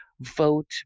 vote